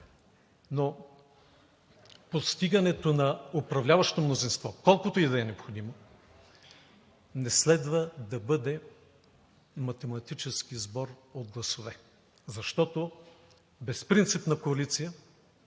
но постигането на управляващо мнозинство, колкото и да е необходимо, не следва да бъде математически сбор от гласове, защото безпринципна коалиция